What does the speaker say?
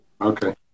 okay